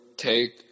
take